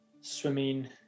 swimming